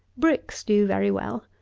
bricks do very well.